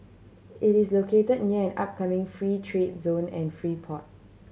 it is locate near an upcoming free trade zone and free port